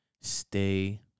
stay